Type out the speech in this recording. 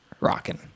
rocking